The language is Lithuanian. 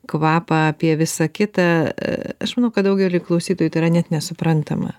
kvapą apie visą kitą aš manau kad daugeliui klausytojų tai yra net nesuprantama